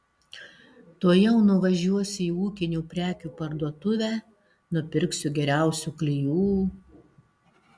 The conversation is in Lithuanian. tuojau nuvažiuosiu į ūkinių prekių parduotuvę nupirksiu geriausių klijų